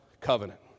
covenant